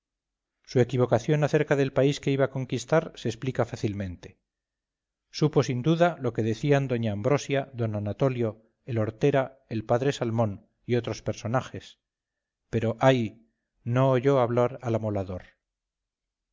su equivocación acerca del país que iba a conquistar se explica fácilmente supo sin duda lo que decían doña ambrosia d anatolio el hortera el padre salmón y otros personajes pero ay no oyó hablar al amolador